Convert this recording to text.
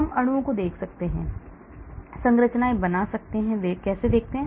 हम अणुओं को देख सकते हैं संरचनाएं बना सकते हैं वे कैसे दिखते हैं